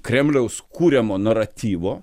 kremliaus kuriamo naratyvo